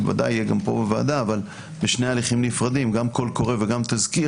ודאי גם בוועדה אבל אלה שני הליכים נפרדים קול קורא ותזכיר